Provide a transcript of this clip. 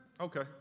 Okay